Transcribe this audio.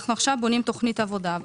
אנחנו עכשיו בונים תוכנית עבודה.